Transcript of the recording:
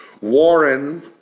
Warren